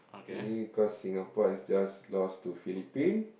okay cause Singapore is just lost to Phillipines